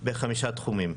בחמישה תחומים.